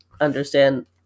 understand